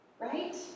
Right